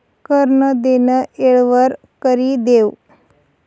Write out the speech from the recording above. कर नं देनं येळवर करि देवं